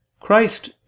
Christ